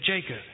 Jacob